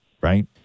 right